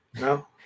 no